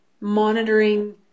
monitoring